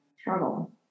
struggle